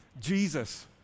Jesus